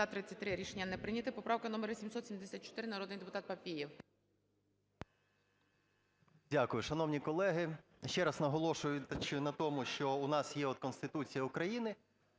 Дякую. Шановні колеги, ще раз наголошуючи на тому, що у нас є от Конституція України,